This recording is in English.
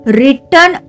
written